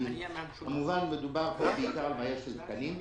כמובן שמדובר פה בעיקר על בעיה של תקנים.